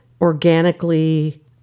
organically